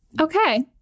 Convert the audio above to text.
okay